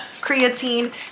creatine